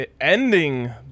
ending